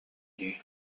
дии